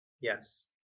Yes